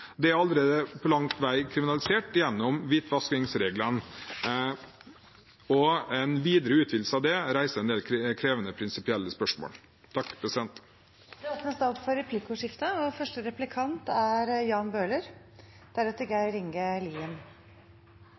Det er allerede langt på vei kriminalisert gjennom hvitvaskingsreglene, og en videre utvidelse av det reiser en del krevende prinsipielle spørsmål. Det blir replikkordskifte. Jeg oppfatter situasjonen, både lokalt her i Oslo og